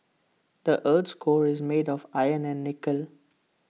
the Earth's core is made of iron and nickel